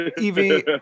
Evie